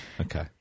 okay